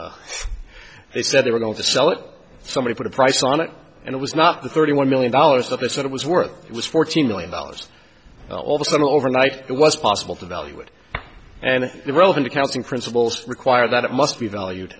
which they said they were going to sell it somebody put a price on it and it was not the thirty one million dollars that they said it was worth it was fourteen million dollars all of a sudden overnight it was possible to value it and the relevant accounting principles require that it must be valued